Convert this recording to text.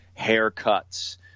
haircuts